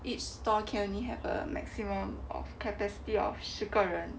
each store can only have a maximum of capacity of 十个人